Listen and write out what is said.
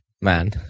Man